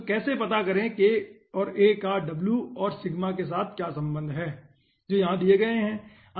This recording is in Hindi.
तो कैसे पता करें कि k और a का w और सिग्मा के साथ क्या संबंध हैं जो यहां दिए गए हैं